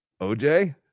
OJ